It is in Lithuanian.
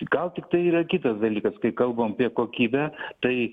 gal tiktai yra kitas dalykas kai kalbam apie kokybę tai